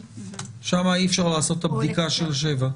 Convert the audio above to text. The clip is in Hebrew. שמה אי אפשר לעשות את הבדיקה של שבעה.